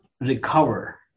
recover